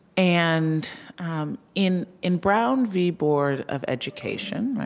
and um in in brown v. board of education,